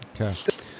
okay